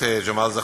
הזאת,